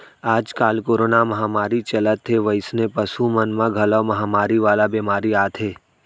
आजकाल कोरोना महामारी चलत हे वइसने पसु मन म घलौ महामारी वाला बेमारी आथे